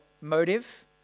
motive